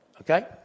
Okay